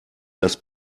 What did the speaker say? das